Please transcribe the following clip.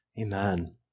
Amen